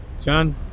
John